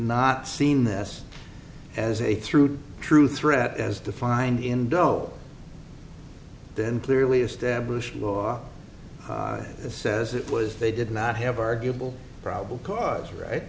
not seen this as a through true threat as defined in doe then clearly established law says it was they did not have arguable probable cause right